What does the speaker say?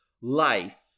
life